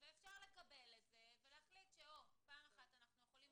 אפשר לקבל את זה, ולהחליט שפעם אחת אנחנו יכולים